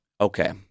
Okay